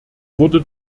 wurde